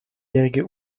jährige